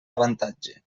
avantatge